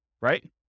right